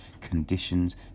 conditions